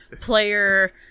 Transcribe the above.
player